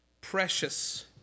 Precious